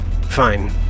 Fine